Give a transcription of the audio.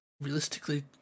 realistically